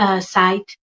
site